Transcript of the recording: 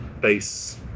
base